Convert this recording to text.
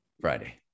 Friday